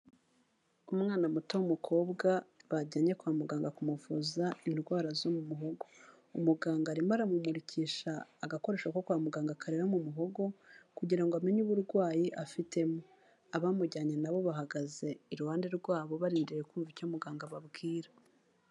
Umwana muto w'umukobwa bajyanye kwa muganga kumuvuza indwara zo mu muhogo. Umuganga arimo aramumurukisha agakoresho ko kwa muganga kareba mu muhogo kugira ngo amenye uburwayi afitemo. Abamujyanye na bo bahagaze iruhande rwabo barindiriye kumva icyo muganga ababwira.